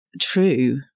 true